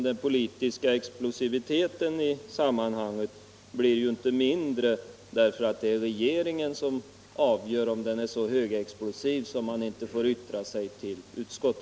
Den politiska explosiviteten i sammanhanget blir inte mindre därför att det är regeringen som avgör om en fråga är så högexplosiv att en myndighet inte får yttra sig till ett utskott.